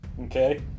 Okay